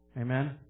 Amen